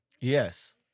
Yes